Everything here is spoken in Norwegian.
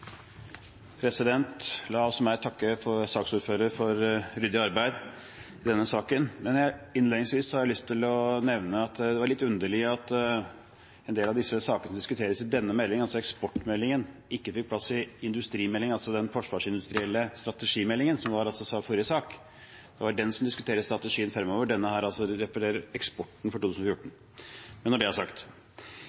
La også meg takke saksordføreren for ryddig arbeid i denne saken. Innledningsvis har jeg lyst til å nevne at det er litt underlig at en del av disse sakene diskuteres i denne meldingen, altså eksportmeldingen, og ikke fikk plass i industrimeldingen, altså den forsvarsindustrielle strategimeldingen, som var forrige sak. Det er den som diskuterer strategien fremover, denne refererer eksporten for 2014.